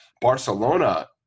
Barcelona